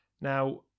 now